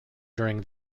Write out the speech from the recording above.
during